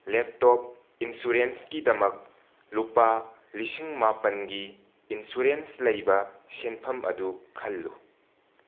laptop ꯏꯟꯁꯨꯔꯦꯟꯁꯀꯤꯗꯃꯛ ꯂꯨꯄꯥ ꯂꯤꯁꯤꯡ ꯃꯥꯄꯜꯒꯤ ꯏꯟꯁꯨꯔꯦꯟꯁ ꯂꯩꯕ ꯁꯦꯟꯐꯝ ꯑꯗꯨ ꯈꯜꯂꯨ